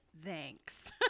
Thanks